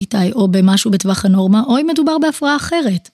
איתי או במשהו בטווח הנורמה, או אם מדובר בהפרעה אחרת.